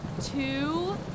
Two